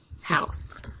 house